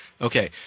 Okay